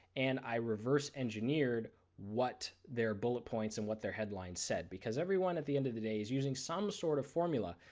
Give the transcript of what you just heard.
and i reversed engineered what their bullet points and what their headlines said, because everyone at the end of the day is using some sort of formula.